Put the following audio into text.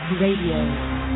radio